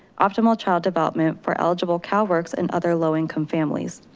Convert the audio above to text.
optimal child development for eligible calworks and other low income families.